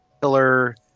killer